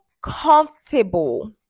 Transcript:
comfortable